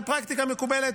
זו פרקטיקה מקובלת.